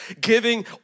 giving